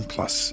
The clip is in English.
Plus